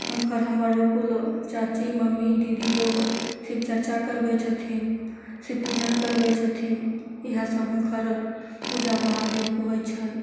हुनकर हमर कुल चाची मम्मी दीदी लोग शिव चर्चा करबय छथिन शिव पूजन करबय छथिन इएह सब हुनकर पूजा महादेवके होइ छनि